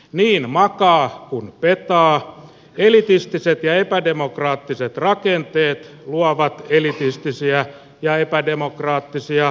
niin makaa kuin petaa elitistiset ja epädemokraattiset rakenteet luovat elitistisiä ja epädemokraattisia ratkaisuja